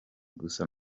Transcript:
gusa